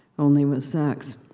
only with sex.